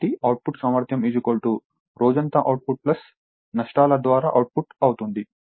కాబట్టి అవుట్పుట్ సామర్థ్యం రోజంతా అవుట్పుట్ నష్టాల ద్వారా అవుట్పుట్ అవుతుంది